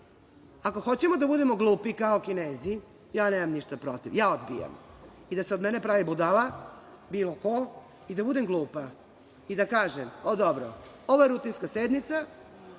Ako hoćemo da budemo glupi kao Kinezi, ja nemam ništa protiv. Ja odbijam i da se od mene pravi budala, bilo ko, i da budem glupa i da kažem – dobro, ovo je rutinska sednica,